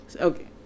okay